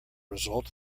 result